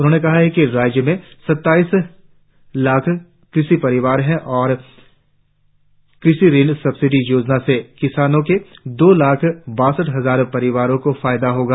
उन्होंने कहा कि राज्य में सत्ताईस लाख कृषि परिवार है और किसान ऋण सब्सिडी योजना से किसानों के दो लाख बासठ हजार परिवारों को फायदा होगा